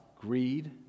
greed